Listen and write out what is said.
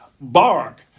bark